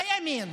זה ימין.